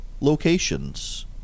locations